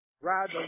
ride